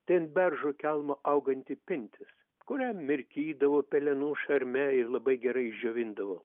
tai ant beržo kelmo auganti pintis kurią mirkydavo pelenų šarme ir labai gerai džiovindavo